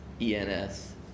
ENS